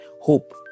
hope